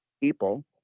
people